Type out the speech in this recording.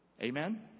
Amen